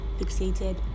fixated